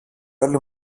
όλοι